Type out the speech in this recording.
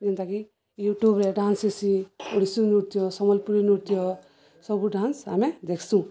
ଯେନ୍ତାକି ୟୁଟ୍ୟୁବରେ ଡାନ୍ସ ହେସି ଓଡ଼ିଶୀ ନୃତ୍ୟ ସମ୍ବଲପୁରୀ ନୃତ୍ୟ ସବୁ ଡାନ୍ସ ଆମେ ଦେଖ୍ସୁଁ